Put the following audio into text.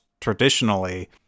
traditionally